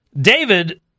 David